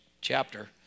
chapter